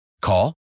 call